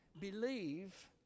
believe